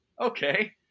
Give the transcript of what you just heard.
Okay